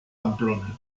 pamplona